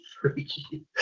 freaky